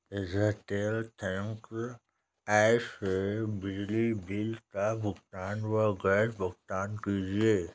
Airtel thanks app से बिजली bill का भुगतान व गैस भुगतान कीजिए